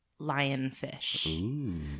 lionfish